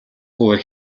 хувиар